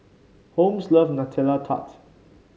Holmes loves Nutella Tart